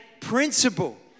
principle